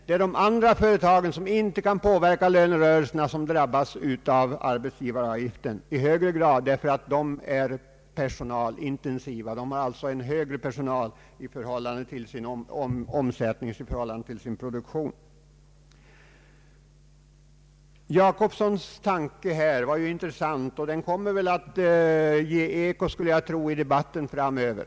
Det är de andra företagen, de som oftast inte kan påverka lönerörelserna, som drabbas av arbetsgivaravgiften i högre grad därför att de är personalintensiva, de har större personal i förhållande till sin omsättning och sin produktion. Herr Jacobssons tankegång var intressant, och den kommer nog att ge eko i debatten framöver.